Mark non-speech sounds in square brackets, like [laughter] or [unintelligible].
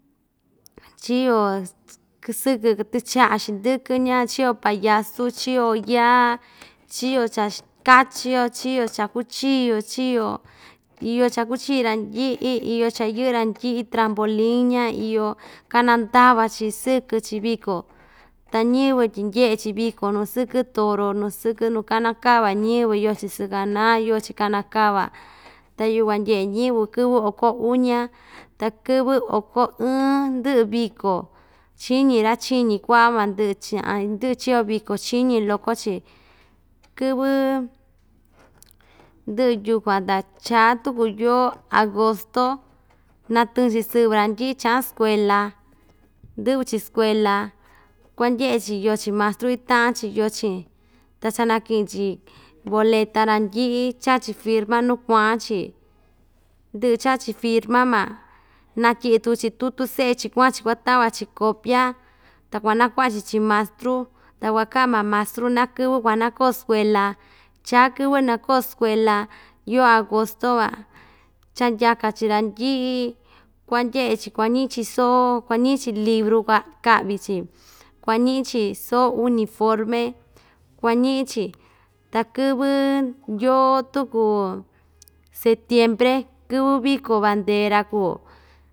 Chio [unintelligible] sɨkɨ [unintelligible] tɨcha'a xindɨkɨ ña chio payasu chio yaa chio chax kachio chio kakuchio chio iyo chakuchi randyi'i iyo cha yɨ'ɨ randyi'i trampolin ña iyo kanandava‑chi sɨkɨ‑chi viko ta ñɨvɨ tyi ndye'e‑chi viko nu sɨkɨ toro nu sɨkɨ nukanakava ñɨvɨ yoo‑chi sɨkaná yoo‑chi kanakava ta yukuan ndye'e ñɨvɨ kɨvɨ oko uña ta kɨvɨ oko ɨɨn ndɨ'ɨ viko chíñi rachiñi kua'a van ndɨ'ɨ [unintelligible] ndɨ'ɨ chio viko chíñi loko‑chi kɨvɨ ndɨ'ɨ yukuan ta chaa tuku yoo agosto natɨɨn‑chi sɨvɨ randyi'i cha'an skuela ndɨ'vɨ‑chi skuela kuandye'e‑chi yoo‑chi mastru ita'an‑chi yoo chi'in ta chanaki'in‑chi boleta randyi'i cha‑chi firma nu kua'an‑chi ndɨ'ɨ cha'a‑chi firma ma natyi'i tuku‑chi tutu se'e‑chi kua'an‑chi kuatava‑chi copia ta kuanaku'va‑chi chi mastru ta kuaka'an ma mastru na kɨvɨ kuanako skuela chaa kɨvɨ nakó skuela yoo agosto va chandyaka‑chi randyi'i kuandye'e‑chi kuañi'i‑chi soo kuañi'i‑chi libru kua ka'vi‑chi kuañi'i‑chi soo uñiforme kuañi'i‑chi takɨvɨ yoo tuku setiembre kɨvɨ viko bandera kuu.